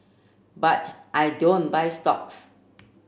but I don't buy stocks